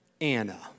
Anna